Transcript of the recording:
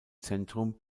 zentrum